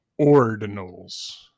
ordinals